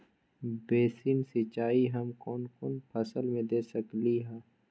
Basin सिंचाई हम कौन कौन फसल में दे सकली हां?